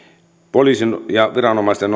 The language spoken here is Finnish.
poliisin ja viranomaisten